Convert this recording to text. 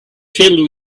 filled